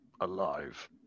alive